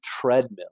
treadmill